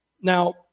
Now